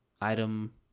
item